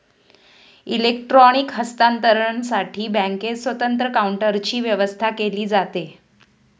electronic हस्तांतरणसाठी बँकेत स्वतंत्र काउंटरची व्यवस्था केली जाते